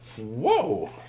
Whoa